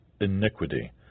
iniquity